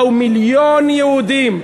באו מיליון יהודים.